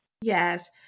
Yes